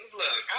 look